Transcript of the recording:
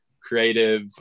creative